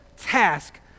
task